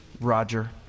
Roger